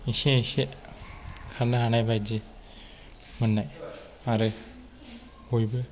एसे एसे खालामनो हानाय बायदि मोननाय आरो बयबो